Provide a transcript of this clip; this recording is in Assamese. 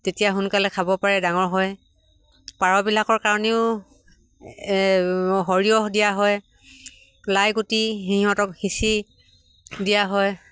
তেতিয়া সোনকালে খাব পাৰে ডাঙৰ হয় পাৰবিলাকৰ কাৰণেও সৰিয়হ দিয়া হয় লাই গুটি সিহঁতক সিঁচি দিয়া হয়